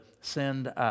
send